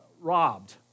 robbed